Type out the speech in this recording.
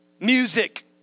music